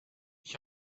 ich